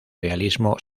realismo